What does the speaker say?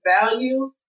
value